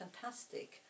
fantastic